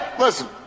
listen